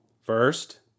First